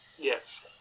Yes